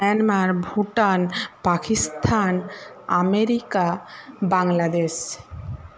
Myanmar Bhutan Pakistan America Bangladesh